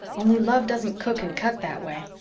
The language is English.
only love doesn't cook and cut that way.